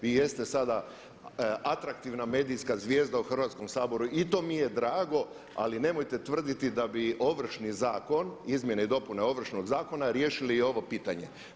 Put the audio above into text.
Vi jeste sada atraktivna medijska zvijezda u Hrvatskom saboru i to mi je drago, ali nemojte tvrditi da bi Ovršni zakon, izmjene i dopune Ovršnog zakona riješili i ovo pitanje.